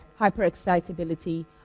hyperexcitability